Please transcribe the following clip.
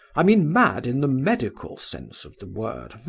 i mean mad in the medical sense of the word. ah?